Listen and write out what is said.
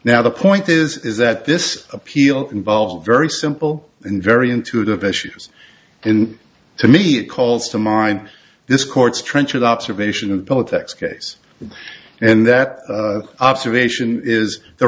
now the point is is that this appeal involved very simple and very intuitive issues and to me it calls to mind this court's trenchers observation of politics case and that observation is the